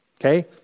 Okay